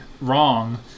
wrong